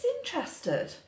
interested